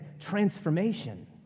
transformation